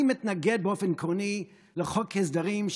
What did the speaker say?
אני מתנגד באופן עקרוני לחוק ההסדרים,